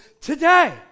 today